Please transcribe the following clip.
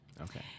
Okay